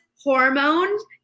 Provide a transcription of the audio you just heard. hormones